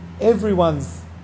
everyone's